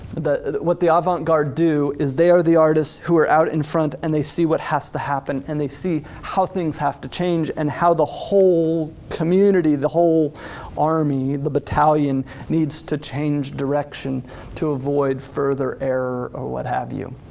what the ah avant-garde do is they are the artists who are out in front and they see what has to happen and they see how things have to change, and how the whole community, the whole army, the battalion needs to change direction to avoid further error or what have you.